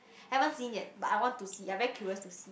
haven't seen yet but I want to see I very curious to see